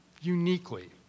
uniquely